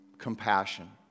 Compassion